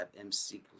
MC